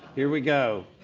here we go.